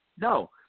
No